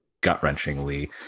gut-wrenchingly